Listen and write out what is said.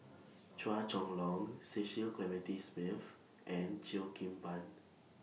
Chua Chong Long Cecil Clementi Smith and Cheo Kim Ban